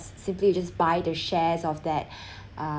simply just buy the shares of that uh